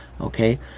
okay